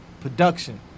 production